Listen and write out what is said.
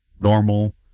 normal